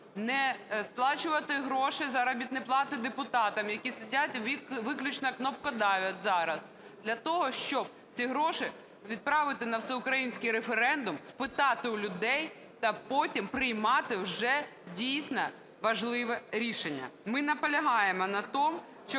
не сплачувати гроші, заробітні плати депутатам, які сидять і виключно кнопкодавлять зараз для того, щоб ці гроші відправити на всеукраїнський референдум, спитати у людей та потім приймати вже, дійсно, важливе рішення. Ми наполягаємо на тому, що